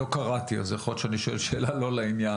לא קראתי אז יכול להיות שאני שואל שאלה לא לעניין,